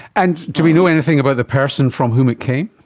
and do we know anything about the person from whom it came?